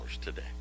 today